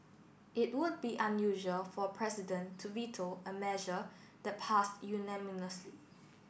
it would be unusual for a president to veto a measure that passed unanimously